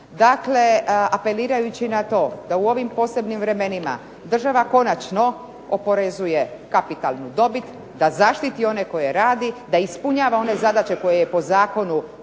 Dakle, apelirajući na to da u ovim posebnim vremenima država konačno oporezuje kapitalnu dobit da zaštiti one koje rade, da ispunjava one zadaće koje je po zakonu